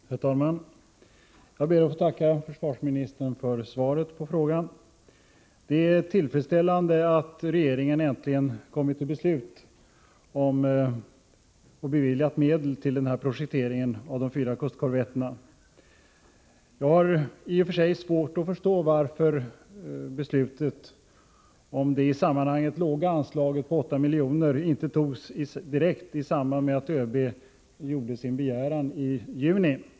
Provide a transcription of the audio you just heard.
Herr talman! Jag ber att få tacka försvarsministern för svaret på frågan. Det är tillfredsställande att regeringen äntligen har kommit till beslut och beviljat medel för projektering av de fyra kustkorvetterna. Jag har i och för sig svårt att förstå varför beslutet om det i sammanhanget låga anslaget på 8 milj.kr. inte fattades direkt i samband med ÖB:s begäran i juni.